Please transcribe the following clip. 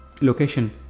Location